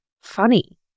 funny